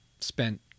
spent